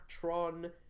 Tron